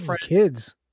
kids